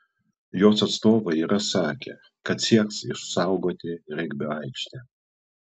jos atstovai yra sakę kad sieks išsaugoti regbio aikštę